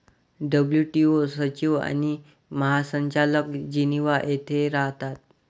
WTO सचिव आणि महासंचालक जिनिव्हा येथे राहतात